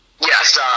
Yes